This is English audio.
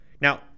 Now